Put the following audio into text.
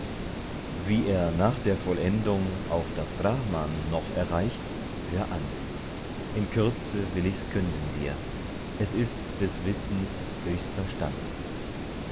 wie er nach der vollendung auch das brahman noch erreicht hör an in kürze will ich's künden dir es ist des wissens höchster stand